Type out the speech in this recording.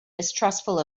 distrustful